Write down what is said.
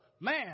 Man